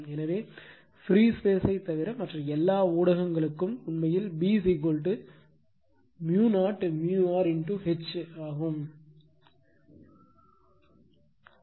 எனவே free space த்தைத் தவிர மற்ற எல்லா ஊடகங்களுக்கும் உண்மையில் B 0 r H